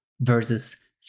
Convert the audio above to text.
versus